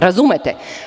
Razumete?